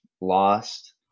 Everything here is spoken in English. Lost